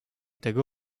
tego